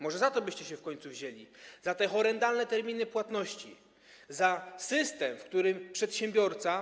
Może za to byście się w końcu wzięli, za te horrendalne terminy płatności, za system, w którym działa przedsiębiorca?